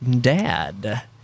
dad